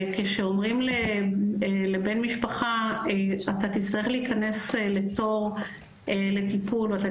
כשאומרים לבן משפחה: אתה תצטרך להיכנס לתור לטיפול ואתה